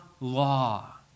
law